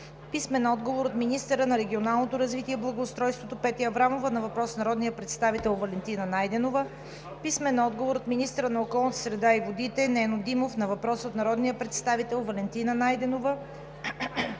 Филип Попов; - от министъра на регионалното развитие и благоустройството Петя Аврамова на въпрос от народния представител Валентина Найденова; - от министъра на околната среда и водите Нено Димов на въпрос от народния представител Валентина Найденова;